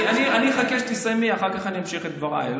אני אחכה שתסיימי, אחר כך אמשיך את דבריי.